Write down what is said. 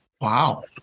Wow